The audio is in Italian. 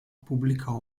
pubblicò